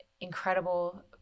incredible